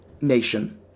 Nation